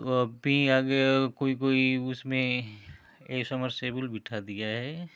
तो अब भी आ गया कोई कोई उसमें ए समरसेबुल बिठा दिया है